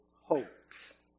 hopes